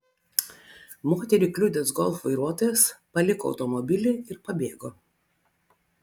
moterį kliudęs golf vairuotojas paliko automobilį ir pabėgo